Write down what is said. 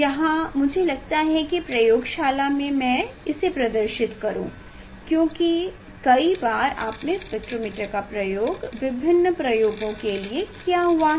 यहाँ मुझे लगता है कि प्रयोगशाला में मैं इसे प्रदर्शित करूँ क्योंकि कई बार मैंने स्पेक्ट्रोमीटर का उपयोग विभिन्न प्रयोगों के लिए किया हुआ है